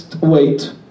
wait